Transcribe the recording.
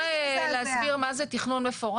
אני רוצה להסביר מה זה תכנון מפורט,